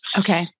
okay